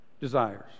desires